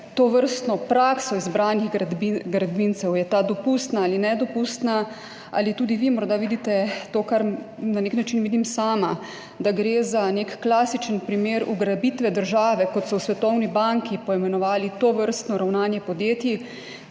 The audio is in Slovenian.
tovrstno prakso izbranih gradbincev? Je ta praksa dopustna ali nedopustna? Ali tudi vi morda vidite to, kar na nek način vidim sama, da gre za klasičen primer ugrabitve države? Tako so v Svetovni banki poimenovali tovrstno ravnanje podjetij,